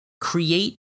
create